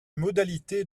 modalités